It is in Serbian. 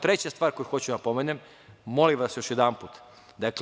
Treća stvar koju hoću da pomenem, molim vas još jednom.